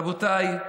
רבותיי,